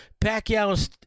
Pacquiao